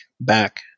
back